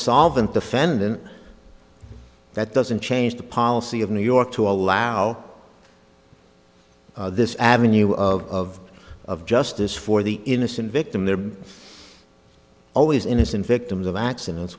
solvent defendant that doesn't change the policy of new york to allow this avenue of of justice for the innocent victim there are always innocent victims of accidents